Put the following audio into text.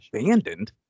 abandoned